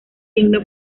himno